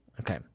Okay